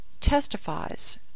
testifies